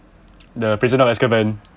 the prisoner of azkaban